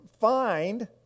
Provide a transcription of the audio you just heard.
find